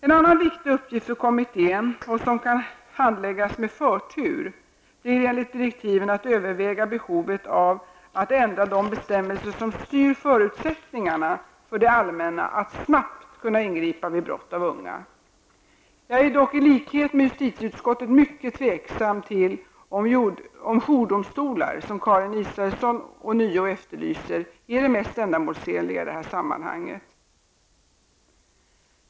En annan viktig uppgift för kommittén -- och som kan handläggas med förtur -- blir enligt direktiven att överväga behovet av att ändra de bestämmelser som styr förutsättningarna för det allmänna att snabbt kunna ingripa vid brott av unga. Jag är dock i likhet med justitieutskottet mycket tveksam till om jourdomstolar -- som Karin Israelsson ånyo efterlyser -- är det mest ändamålsenliga i detta sammanhang .